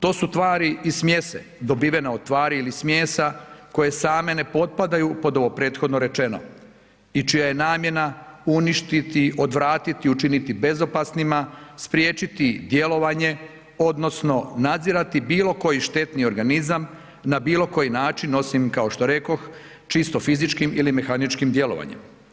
To su tvari i smjese dobivene od tvari ili smjesa koje same ne potpadaju pod ovo prethodno rečeno i čija je namjena uništiti, odvratiti, učiniti bezopasnima, spriječiti djelovanje odnosno nadzirati bilo koji štetni organizam na bilo koji način osim kao što rekoh čisto fizičkim ili mehaničkim djelovanjem.